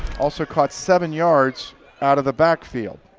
also caught seven yards out of the backfield.